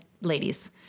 ladies